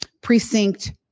precinct